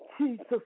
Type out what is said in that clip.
Jesus